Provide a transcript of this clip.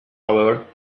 however